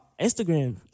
Instagram